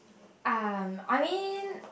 um I mean